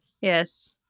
Yes